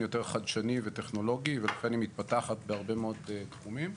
יותר חדשני וטכנולוגי ולכן היא מתפתחת בהרבה מאוד תחומים.